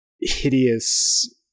hideous